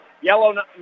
Yellow